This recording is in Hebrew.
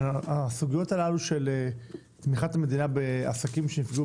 הסוגיות הללו של תמיכת המדינה בעסקים שנפגעו